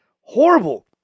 Horrible